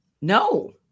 No